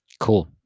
Cool